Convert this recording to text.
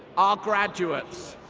our graduates,